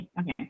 Okay